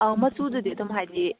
ꯑꯥꯎ ꯃꯆꯨꯗꯨꯗꯤ ꯑꯗꯨꯝ ꯍꯥꯏꯗꯤ